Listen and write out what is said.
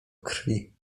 krwi